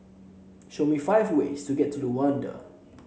show me five way to get to Luanda